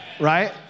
Right